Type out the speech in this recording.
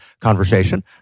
conversation